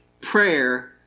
prayer